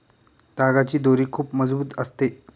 तागाची दोरी खूप मजबूत असते